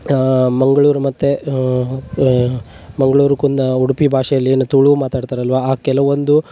ಮಂಗಳೂರು ಮತ್ತು ಮಂಗ್ಳೂರು ಕುಂದ ಉಡುಪಿ ಭಾಷೆಯಲ್ಲಿ ಏನು ತುಳು ಮಾತಾಡ್ತರಲ್ಲವಾ ಆ ಕೆಲವೊಂದು